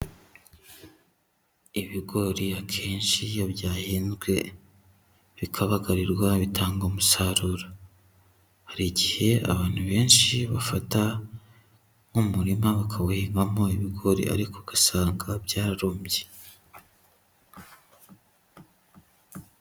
Ibigori akenshi iyo byahinzwe, bikabagarirwa bitanga umusaruro. Hari igihe abantu benshi bafata nk'umurima bakawuhingamo ibigori ariko ugasanga byarumbye.